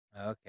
okay